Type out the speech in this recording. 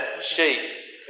shapes